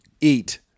Eat